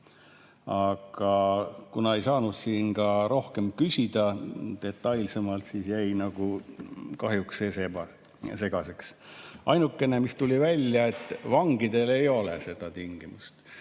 aga kuna ei saanud siin ka rohkem küsida detailsemalt, siis jäi kahjuks see segaseks. Ainukene, mis tuli välja, [on see,] et vangidel ei ole seda tingimust.